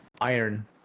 iron